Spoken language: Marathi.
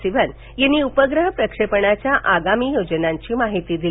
सिवन यांनी उपग्रह प्रक्षेपणाच्या आगामी योजनांची माहिती दिली